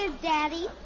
Daddy